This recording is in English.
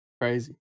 crazy